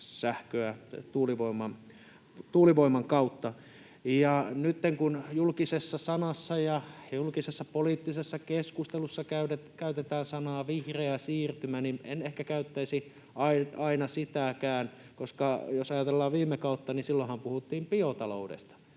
sähköä tuulivoiman kautta. Ja nytten kun julkisessa sanassa ja julkisessa poliittisessa keskustelussa käytetään sanaa ”vihreä siirtymä”, niin en ehkä käyttäisi aina sitäkään, koska jos ajatellaan viime kautta, niin silloinhan puhuttiin biotaloudesta,